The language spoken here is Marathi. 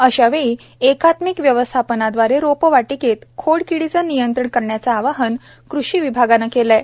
अश्यावेळी एकात्मिक व्यवस्थापनादवारे रोपवाटिकेत खोड किडीचे नियंत्रण करण्याचे आवाहन कृषी विभागाने केले आहे